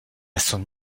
son